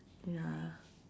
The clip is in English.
ya